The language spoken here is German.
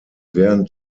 während